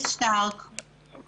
אני